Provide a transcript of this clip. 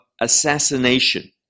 assassination